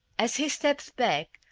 as he stepped back,